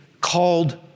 called